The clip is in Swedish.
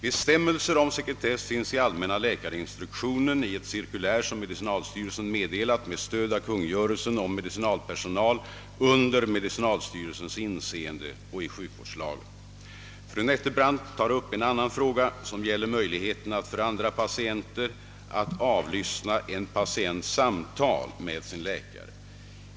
Bestämmelser om sekretess finns i allmänna läkarinstruktionen, i ett cirkulär som medicinalstyrelsen meddelat med stöd av kungörelsen om medicinalpersonal under medicinalstyrelsens inseende och i sjukvårdslagen. Fru Nettelbrandt tar upp en annan fråga som gäller möjligheterna för andra patienter att avlyssna en patients samtal med sin läkare.